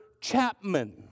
Chapman